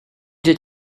did